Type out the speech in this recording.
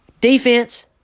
Defense